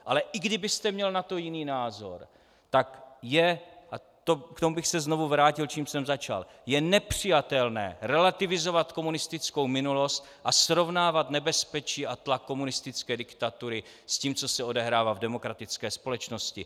Ale i kdybyste měl na to jiný názor, tak je a v tom bych se znovu vrátil k tomu, čím jsem začal nepřijatelné relativizovat komunistickou minulost a srovnávat nebezpečí a tlak komunistické diktatury s tím, co se odehrává v demokratické společnosti.